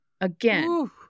Again